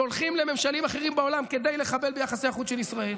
שהולכים לממשלים אחרים בעולם כדי לחבל ביחסי החוץ של ישראל,